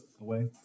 away